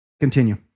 Continue